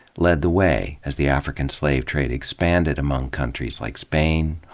led the way as the african slave trade expanded among countries like spain,